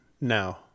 now